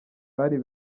bari